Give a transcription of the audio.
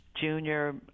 junior